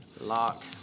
Lock